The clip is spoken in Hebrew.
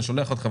אני שולח אתכם,